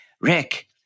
Rick